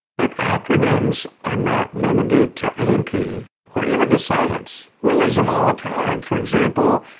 but acronyms are not limited to a and p, or even to science. we use them all the time. for example,